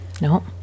No